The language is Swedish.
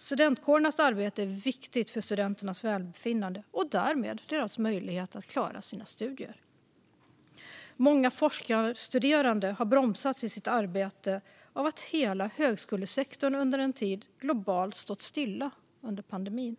Studentkårernas arbete är viktigt för studenternas välbefinnande och därmed deras möjlighet att klara sina studier. Många forskarstuderande har bromsats i sitt arbete av att hela högskolesektorn under en tid globalt stått stilla på grund av pandemin.